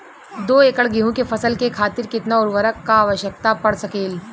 दो एकड़ गेहूँ के फसल के खातीर कितना उर्वरक क आवश्यकता पड़ सकेल?